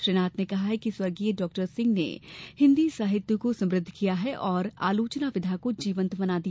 श्री नाथ ने कहा कि स्वर्गीय डॉ सिंह ने हिंदी साहित्य को समृद्व किया और आलोचना विधा को जीवंत बना दिया